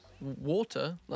water